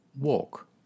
Walk